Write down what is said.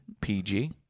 PG